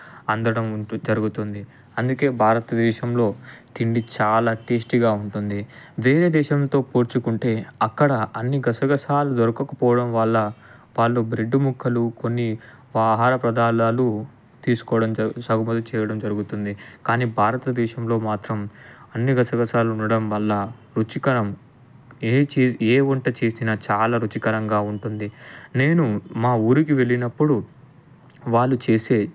అందడం జరుగుతుంది అందుకే భారతదేశంలో తిండి చాలా టేస్టీగా ఉంటుంది వేరే దేశంతో పోల్చుకుంటే అక్కడ అన్ని గసగసాలు దొరకకపోవడం వల్ల వాళ్లు బ్రెడ్ ముక్కలు కొన్ని ఆహార పదార్థాలు తీసుకోవడం జరుగు సాగుబడి చేయడం జరుగుతుంది కానీ భారతదేశంలో మాత్రం అన్ని గసగసాలు ఉండడం వల్ల రుచికరం ఏం చేసినా ఏ వంట చేసినా చాలా రుచికరంగా ఉంటుంది నేను మా ఊరికి వెళ్ళినప్పుడు వాళ్ళు చేసే